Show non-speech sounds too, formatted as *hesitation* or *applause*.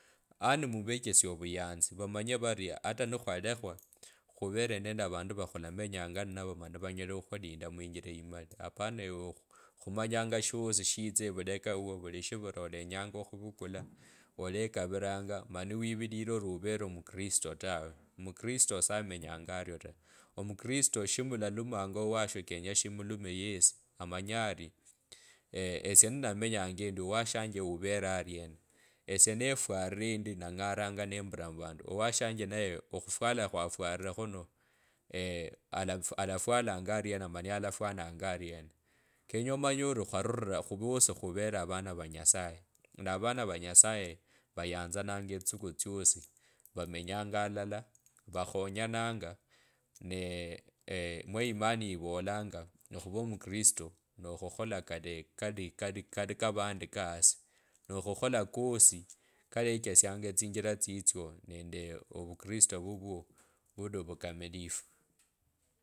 Anni muvechesia avuyanzi vamanye vari taha ni khwalekha khuvere nende avandu vakhulame nyanga ni nave amani vanyela okhukhulinda muinjira eimili hapane ewe khumanya shosi shitsa evulekaal wo vuli shivula olenyanga okhuvukula olekavilanga mani wivilile ori uvele omukristo tawe omukristo shamenyanga orio ta omukristo shilalumanga owashe kenye shimulume yesi omanye ari esie nefwarire endi nanga’aranga nembira muvandu owashanje naye okhufwala kwafwarire khuno *hesitation* alafwalanga ariena mani alafwananga ariena kenye omanye ori khurira khuvere avana va nyasaye na avana va nyasaye vayanzananga etsisuku tsyosi vamenyanga alala vakhonyenanga nee *hesitation* mwa imani ivolanga okhuva omukristo no okhukhola kale kali kali lkai kavandika asi no khukhola kosi kalechesianha etsinjila tsitsyo nende ovukristo vunyo vuli ovukamilifu.